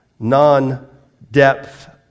non-depth